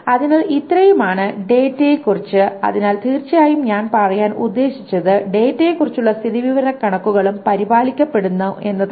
അതിനാൽ ഇത്രയുമാണ് ഡാറ്റയെക്കുറിച്ച് അതിനാൽ തീർച്ചയായും ഞാൻ പറയാൻ ഉദ്ദേശിച്ചത് ഡാറ്റയെക്കുറിച്ചുള്ള സ്ഥിതിവിവരക്കണക്കുകളും പരിപാലിക്കപ്പെടുന്നു എന്നതാണ്